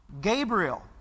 Gabriel